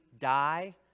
die